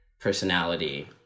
personality